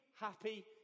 happy